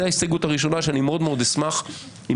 זו ההסתייגות הראשונה שאני מאוד מאוד אשמח אם